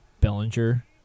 Bellinger